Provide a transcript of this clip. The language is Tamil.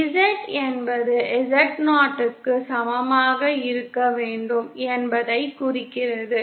Z என்பது Z0 க்கு சமமாக இருக்க வேண்டும் என்பதைக் குறிக்கிறது